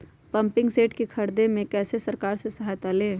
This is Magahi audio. पम्पिंग सेट के ख़रीदे मे कैसे सरकार से सहायता ले?